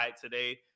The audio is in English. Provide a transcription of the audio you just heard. today